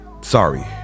Sorry